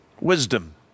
wisdom